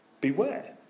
beware